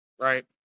Right